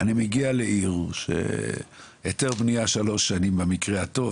אני מגיע לעיר שהיתר בנייה בה זה שלוש שנים במקרה הטוב,